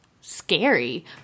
scary